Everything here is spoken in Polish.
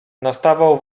nastawał